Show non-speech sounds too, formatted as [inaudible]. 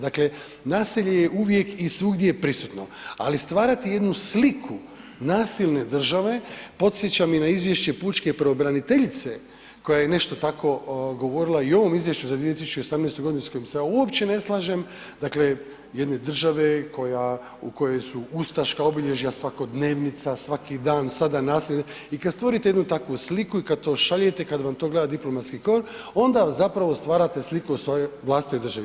Dakle, nasilje je uvijek i svugdje prisutno, ali stvarati jednu sliku nasilne države, podsjećam i na Izvješće Pučke pravobraniteljice koja je nešto tako govorila i u ovom izvješću za 2018. g. s kojim se ja uopće ne slažem, dakle, jedne države koja u kojoj su ustaška obilježja svakodnevnica, svaki dan sada nasilje i kad stvorite jednu takvu sliku i kad to šaljete i kad vam to gleda diplomatski ... [unintelligible] onda zapravo stvarate sliku o svojoj vlastitoj državi.